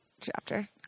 chapter